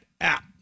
app